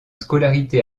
scolarité